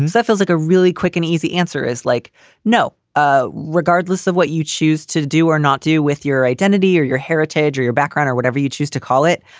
that feels like a really quick and easy answer is like no. ah regardless of what you choose to do or not do with your identity or your heritage or your background or whatever you choose to call it,